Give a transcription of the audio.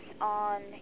on